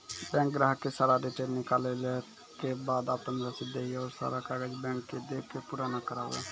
Bank ग्राहक के सारा डीटेल निकालैला के बाद आपन रसीद देहि और सारा कागज बैंक के दे के पुराना करावे?